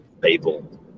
people